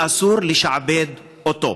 ואסור לשעבד אותו.